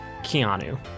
Keanu